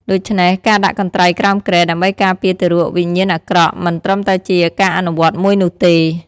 ដូច្នេះ ការដាក់កន្ត្រៃក្រោមគ្រែដើម្បីការពារទារកពីវិញ្ញាណអាក្រក់មិនត្រឹមតែជាការអនុវត្តមួយនោះទេ។